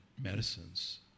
medicines